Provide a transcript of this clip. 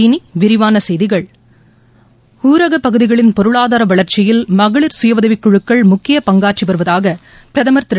இனி விரிவான செய்திகள் ஊரகப் பகுதிகளின் பொருளாதார வளர்ச்சியில் மகளிர் சுயஉதவிக் குழுக்கள் முக்கிய பங்காற்றி வருவதாக பிரதமர் திரு